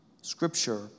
Scripture